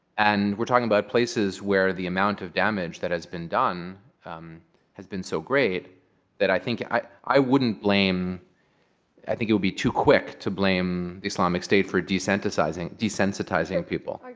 and we're talking about places where the amount of damage that has been done um has been so great that i think i i wouldn't blame i think it would be too quick to blame the islamic state for desensitizing desensitizing people.